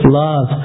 love